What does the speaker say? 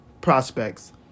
prospects